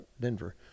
Denver